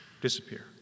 disappear